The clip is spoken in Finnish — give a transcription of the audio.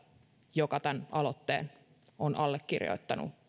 joka tämän aloitteen on allekirjoittanut